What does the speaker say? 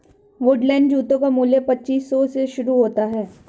Woodland जूतों का मूल्य पच्चीस सौ से शुरू होता है